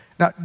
Now